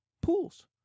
pools